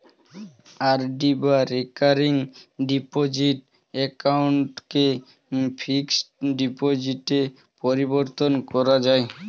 RD বা recurring deposit অ্যাকাউন্টকে fixed ডিপোজিটে পরিবর্তন করা যায়